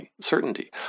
certainty